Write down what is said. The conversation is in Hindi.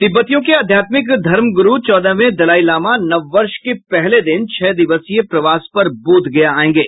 तिब्बतियों के अध्यात्मिक धर्मगुरू चौदहवें दलाईलामा नव वर्ष के पहले दिन छह दिवसीय प्रवास पर बोधगया आयेंगे